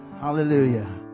Hallelujah